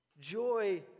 Joy